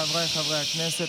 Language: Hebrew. חבריי חברי הכנסת,